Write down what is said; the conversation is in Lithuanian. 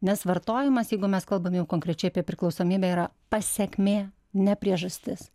nes vartojimas jeigu mes kalbam jau konkrečiai apie priklausomybę yra pasekmė ne priežastis